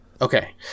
okay